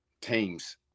teams